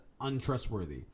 untrustworthy